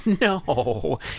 No